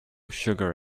sugar